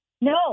No